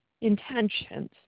intentions